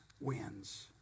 wins